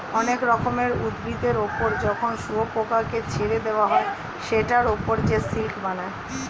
অনেক রকমের উভিদের ওপর যখন শুয়োপোকাকে ছেড়ে দেওয়া হয় সেটার ওপর সে সিল্ক বানায়